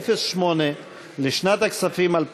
לסעיף 08. כל ההסתייגויות לסעיף 08. לכל סעיף 08 לשנת הכספים 2018,